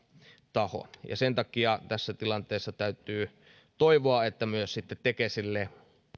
taho sen takia tässä tilanteessa täytyy toivoa että myös tekesille